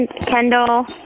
Kendall